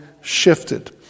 shifted